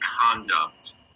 conduct